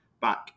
back